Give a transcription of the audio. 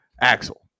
Axel